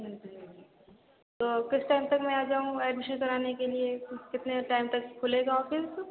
जी तो किस टाइम तक मैं आ जाऊँ एडमिशन कराने के लिए कितने टाइम तक खुलेगा ऑफिस